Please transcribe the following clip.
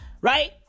Right